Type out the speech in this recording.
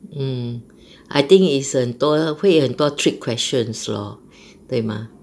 mm I think is 很多会很多 trick questions lor 对吗